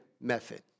method